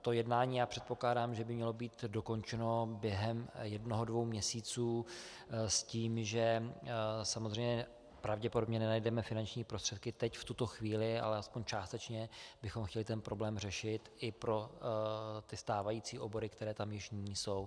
To jednání, předpokládám, by mělo být dokončeno během jednoho dvou měsíců s tím, že samozřejmě pravděpodobně nenajdeme finanční prostředky teď v tuto chvíli, ale aspoň částečně bychom chtěli tento problém řešit i pro stávající obory, které tam již nyní jsou.